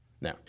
Now